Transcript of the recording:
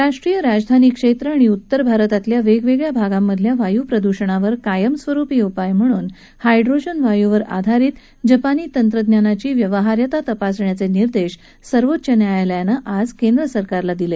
राष्ट्रीय राजधानी क्षेत्र आणि उत्तर भारतातल्या वेगवेगळ्या भागांमधल्या वायुप्रदूषणावर कायमस्वरूपी उपाय म्हणून हायड्रोजन वायू वर आधारित जपानी तंत्रज्ञानाची व्यवहार्यता तपासण्याचे निर्देश सर्वोच्च न्यायालयानं आज केंद्र सरकारला दिले